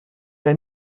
will